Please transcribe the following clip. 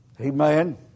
Amen